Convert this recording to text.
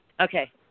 Okay